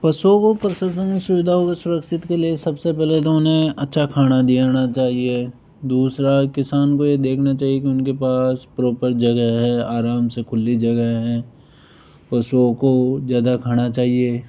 पशुओं को प्रसंस्करण सुविधा सुरक्षित के लिए सबसे पहले तो उन्हें अच्छा खाना देना चाहिए दूसरा किसान को ये देखना चाहिए कि उनके पास प्रॉपर जगह है आराम से खुली जगह है पशुओं को ज़्यादा खाना चाहिए